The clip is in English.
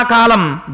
Kalam